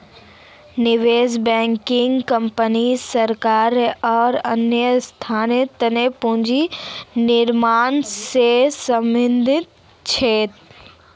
निवेश banking company सरकार आर अन्य संस्थार तने पूंजी निर्माण से संबंधित छे